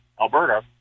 Alberta